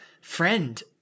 friend